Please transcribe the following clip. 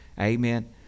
Amen